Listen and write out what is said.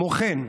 כמו כן,